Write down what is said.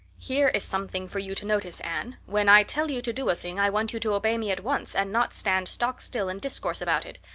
here is something for you to notice, anne. when i tell you to do a thing i want you to obey me at once and not stand stock-still and discourse about it.